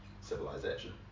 civilization